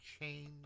change